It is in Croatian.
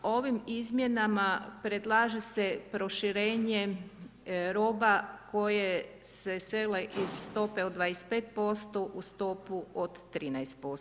Ovim izmjenama predlaže se proširenje roba koje se sele iz stope od 25% u stopu od 13%